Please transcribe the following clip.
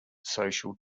social